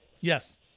Yes